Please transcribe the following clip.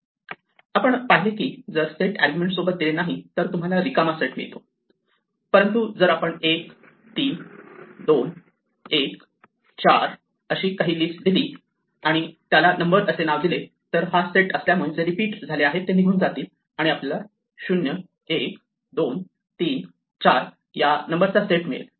आपण पाहिले की जर आपण सेट आर्ग्युमेंट सोबत दिले नाही तर तुम्हाला रिकामा सेट मिळतो परंतु जर आपण 1 3 2 1 4 अशी काही लिस्ट दिली आणि त्याला नंबर असे नाव दिले तर हा सेट असल्यामुळे जे रिपीट झाले आहेत ते निघून जातील आणि आपल्याला 0 1 2 3 4 या नंबरचा सेट मिळेल